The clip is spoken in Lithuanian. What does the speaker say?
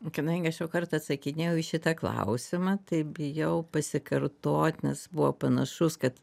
kadangi aš jau kartą atsakinėjau į šitą klausimą tai bijau pasikartot nes buvo panašus kad